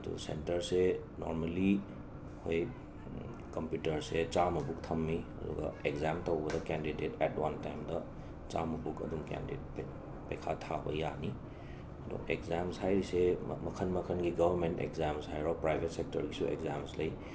ꯑꯗꯨ ꯁꯦꯟꯇꯔꯁꯦ ꯅꯣꯔꯃꯦꯜꯂꯤ ꯑꯩꯈꯣꯏ ꯀꯝꯄ꯭ꯌꯨꯇꯔꯁꯦ ꯆꯥꯝꯃꯃꯨꯛ ꯊꯝꯃꯤ ꯑꯗꯨꯒ ꯑꯦꯛꯖꯥꯝ ꯇꯧꯕꯗ ꯀꯦꯟꯗꯤꯗꯦꯠ ꯑꯦꯠ ꯋꯥꯟ ꯇꯥꯏꯝꯗ ꯆꯥꯃꯥꯃꯨꯛ ꯑꯗꯨꯝ ꯀꯦꯟꯗꯤꯗꯦꯠꯅ ꯊꯥꯕ ꯌꯥꯅꯤ ꯑꯗꯣ ꯑꯦꯛꯖꯥꯝꯁ ꯍꯥꯏꯔꯤꯁꯦ ꯃꯈꯜ ꯃꯈꯜꯒꯤ ꯒꯕꯔꯃꯦꯟꯠ ꯑꯦꯛꯖꯥꯝꯁ ꯍꯥꯏꯔꯣ ꯄ꯭ꯔꯥꯏꯕꯦꯠ ꯁꯦꯛꯇꯔꯒꯤꯁꯨ ꯑꯦꯛꯖꯥꯝꯁ ꯂꯩ